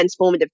transformative